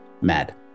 mad